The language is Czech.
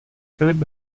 filip